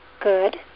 Good